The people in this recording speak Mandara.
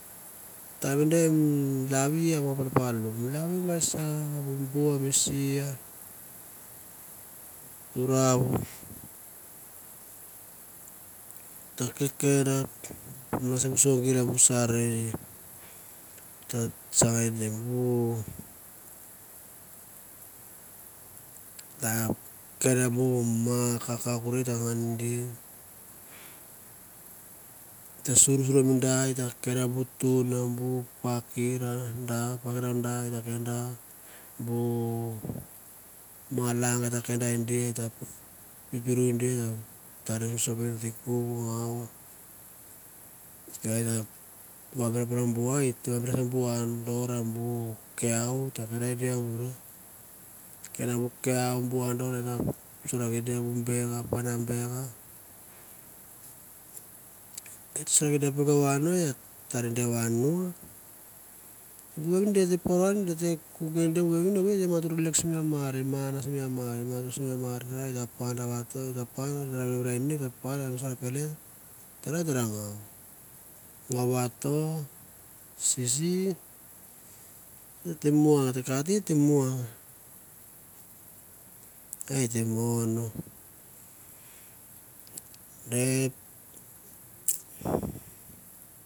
Taim ande mi lavi masa mi bua mi sea mi turau to kekende sons sin simber sarere tsanga ade. At ta sur vamusuro mi da et ta kendo ba pakire de bu malang et ta kenda dia pipiurea dia tona ku ai et ta tana bu andor sokia de bu beka peak i vanu taria dea vanu bu vevin de te poro evoi et te relax matur sim amair et te panda et tera ngau ngau vato sisi a et te muang.